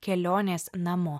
kelionės namo